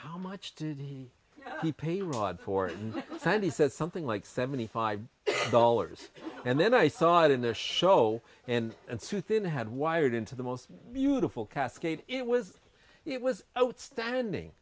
how much did he pay rod for the time he says something like seventy five dollars and then i saw it in the show and and sue thin had wired into the most beautiful cascade it was it was outstanding